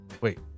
Wait